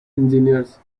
engineers